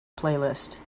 playlist